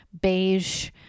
beige